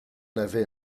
avait